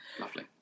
Lovely